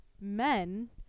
men